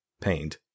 pained